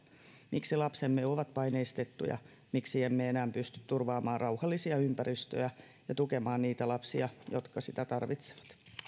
miksi lapsemme ovat paineistettuja miksi emme enää pysty turvaamaan rauhallisia ympäristöjä ja tukemaan niitä lapsia jotka sitä tarvitsevat